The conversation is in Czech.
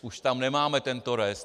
Už tam nemáme tento rest.